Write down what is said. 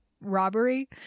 robbery